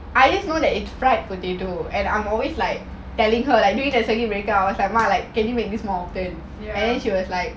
I just know that it fried potato and I'm always like telling her like during the circuit breaker I was like ma like can you make this more often and then she was like